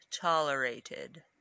tolerated